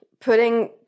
putting